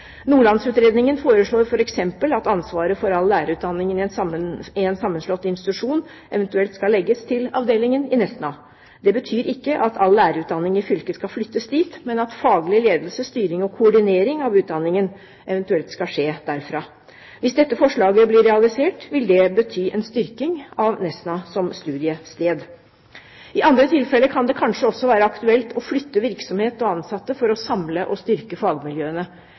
Nordlandsutredningen foreslår f.eks. at ansvaret for all lærerutdanning i en sammenslått institusjon eventuelt skal legges til avdelingen i Nesna. Det betyr ikke at all lærerutdanning i fylket skal flyttes dit, men at faglig ledelse, styring og koordinering av utdanningen eventuelt skal skje derfra. Hvis dette forslaget blir realisert, vil det bety en styrking av Nesna som studiested. I andre tilfeller kan det kanskje også være aktuelt å flytte virksomhet og ansatte for å samle og styrke fagmiljøene.